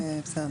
בסדר,